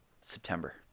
September